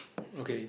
okay